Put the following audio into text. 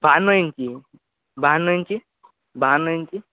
বাহান্ন ইঞ্চি বাহান্ন ইঞ্চি বাহান্ন ইঞ্চি